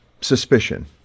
suspicion